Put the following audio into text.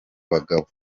abagabo